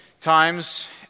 times